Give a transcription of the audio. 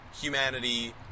humanity